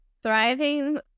Thriving